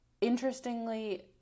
Interestingly